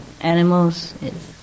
Animals